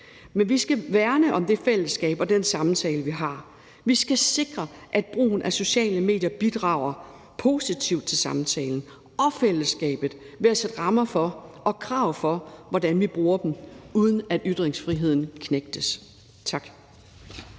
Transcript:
men vi skal værne om det fællesskab og den samtale, vi har. Vi skal sikre, at brugen af sociale medier bidrager positivt til samtalen og fællesskabet, ved at sætte rammer for og krav for, hvordan vi bruger dem, uden at ytringsfriheden knægtes. Tak.